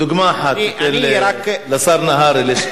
דוגמה אחת תיתן לשר נהרי,